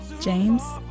James